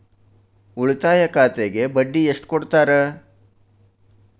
ಉಳಿತಾಯ ಖಾತೆಗೆ ಬಡ್ಡಿ ಎಷ್ಟು ಕೊಡ್ತಾರ?